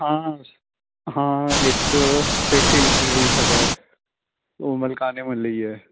ਹਾਂ ਹਾਂ ਇੱਕ ਸਿੱਖ ਇੰਸਟੀਟਿਊਟ ਹੈਗਾ ਉਹ ਮਲਕਾਨੇ ਮੁਹੱਲੇ ਹੀ ਹੈ